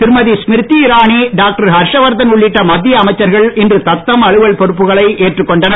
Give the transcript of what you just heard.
திருமதி ஸ்மிரிதி இரானி டாக்டர் ஹர்ஷவர்தன் உள்ளிட்ட மத்திய அமைச்சர்கள் இன்று தத்தம் அலுவல் பொறுப்புகளை ஏற்றுக் கொண்டனர்